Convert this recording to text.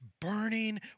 burning